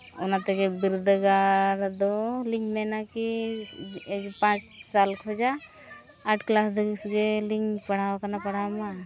ᱚᱱᱟ ᱛᱮᱜᱮ ᱵᱤᱨᱫᱟᱹᱜᱟᱲ ᱫᱚᱞᱤᱧ ᱢᱮᱱᱟ ᱠᱤ ᱯᱟᱸᱪ ᱥᱟᱞ ᱠᱷᱚᱱᱟᱜ ᱟᱴ ᱠᱞᱟᱥ ᱫᱷᱟᱹᱵᱤᱡ ᱜᱮᱞᱤᱧ ᱯᱟᱲᱦᱟᱣ ᱠᱟᱱᱟ ᱯᱟᱲᱦᱟᱣ ᱢᱟ